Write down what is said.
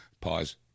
pause